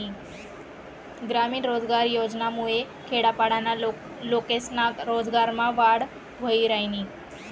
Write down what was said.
ग्रामीण रोजगार योजनामुये खेडापाडाना लोकेस्ना रोजगारमा वाढ व्हयी रायनी